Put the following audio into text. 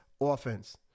offense